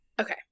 Okay